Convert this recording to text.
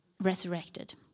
resurrected